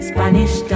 Spanish